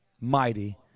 mighty